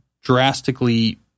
drastically